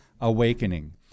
Awakening